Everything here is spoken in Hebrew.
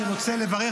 אני רוצה לברך,